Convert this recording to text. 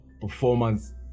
performance